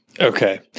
Okay